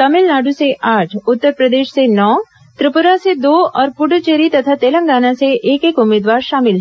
तमिलनाडु से आठ उत्तरप्रदेश से नौ त्रिपुरा से दो और पुडूचेरी तथा तेलंगाना से एक एक उम्मीदवार शामिल हैं